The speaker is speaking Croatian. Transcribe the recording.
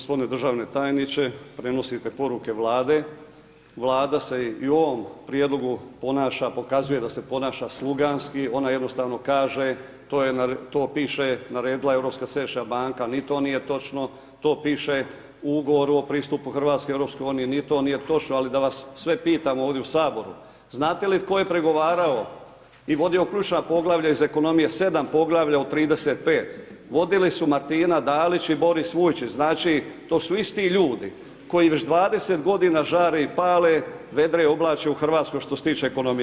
Poštovani g. državni tajniče, prenosite poruke Vlade, Vlada se i u ovom prijedlogu ponaša, pokazuje da se ponaša sluganski, ona jednostavno kaže, to piše, naredila je Europska središnja banka, ni to nije točno, to piše u Ugovoru o pristupu RH EU, ni to nije točno, ali da vas sve pitam ovdje u HS, znate li tko je pregovarao i vodio ključna poglavlja iz ekonomije, 7 poglavlja od 35, vodili su Martina Dalić i Boris Vujčić, znači, to su isti ljudi koji već 20.g. žare i pale, vedre i oblače u RH što se tiče ekonomije.